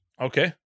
okay